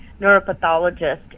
neuropathologist